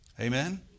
Amen